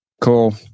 Cool